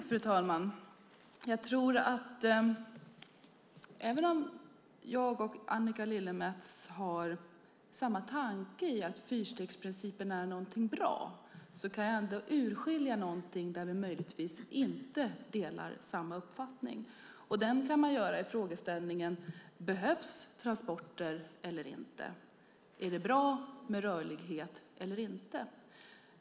Fru talman! Även om jag och Annika Lillemets har samma tanke i att fyrstegsprincipen är något bra kan jag ändå urskilja något där vi möjligtvis inte delar samma uppfattning. Det kan man belysa genom frågeställningen: Behövs transporter eller inte? Är det bra med rörlighet eller inte?